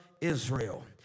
Israel